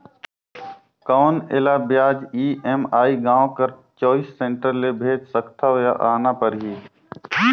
कौन एला ब्याज ई.एम.आई गांव कर चॉइस सेंटर ले भेज सकथव या आना परही?